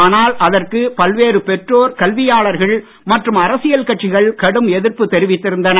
ஆனால் அதற்கு பல்வேறு பெற்றோர் கல்வியாளர்கள் மற்றும் அரசியல் கட்சிகள் கடும் எதிர்ப்பு தெரிவித்திருந்தனர்